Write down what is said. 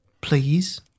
Please